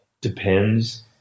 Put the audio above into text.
depends